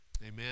Amen